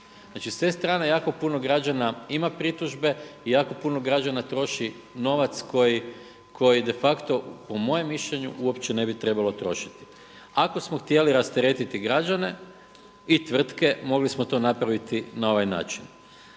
Znači, s te strane jako puno građana ima pritužbe i jako puno građana troši novac koji de facto po mojem mišljenju uopće ne bi trebalo trošiti. Ako smo htjeli rasteretiti građane i tvrtke mogli smo to napraviti na ovaj način.